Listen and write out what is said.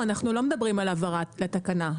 אנחנו לא מדברים על הבהרה לתקנה.